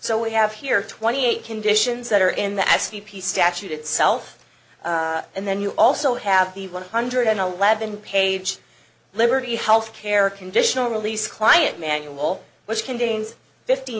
so we have here twenty eight conditions that are in the s v p statute itself and then you also have the one hundred eleven page liberty health care conditional release client manual which contains fifty